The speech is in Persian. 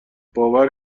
باور